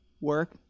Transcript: work